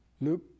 Luke